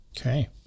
Okay